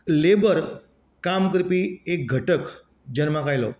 labour काम करपी एक घटक जल्माक आयलो